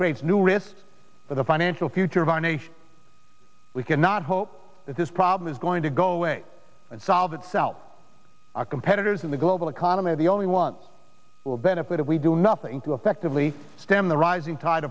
creates new risks for the financial future of our nation we cannot hope that this problem is going to go away and solve itself our competitors in the global economy the only one will benefit if we do nothing to effectively stem the rising tide